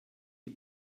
die